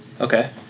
Okay